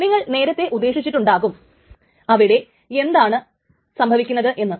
നിങ്ങൾ നേരത്തെ തന്നെ ഉദ്ദേശിച്ചിട്ടുണ്ടാകും അവിടെ എന്താണ് സംഭവിക്കുന്നത് എന്ന്